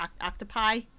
octopi